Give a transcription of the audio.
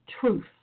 truth